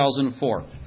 2004